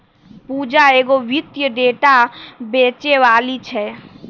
पूजा एगो वित्तीय डेटा बेचैबाली छै